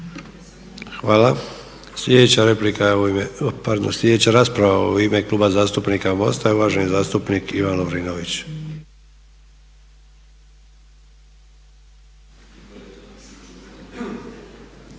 Hvala. Slijedeća rasprava je u ime Kluba zastupnika MOST-a i uvaženi zastupnik Ivan Lovrinović.